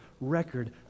Record